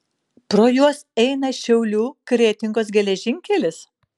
pro juos eina šiaulių kretingos geležinkelis